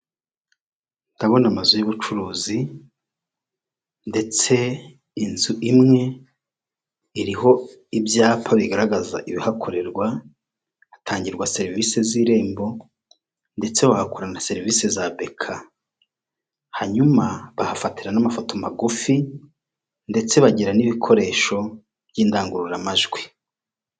Inzu ikodeshwa iherereye mu mujyi wa Kigali Kimironko kwa Sekimondo ifite ibyumba bitatu birarwamo n'ibindi byumba bitatu by'ubwogero muri buri cyumba hakabamo akantu kabikwamo imyenda ikodeshwa ibihumbi magana atatu y'u Rwanda.